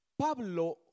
Pablo